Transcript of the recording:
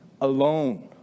Alone